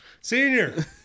Senior